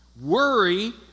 Worry